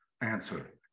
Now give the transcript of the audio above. answer